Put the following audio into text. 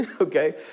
okay